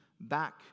back